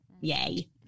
Yay